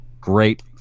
great